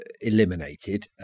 eliminated